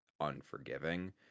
unforgiving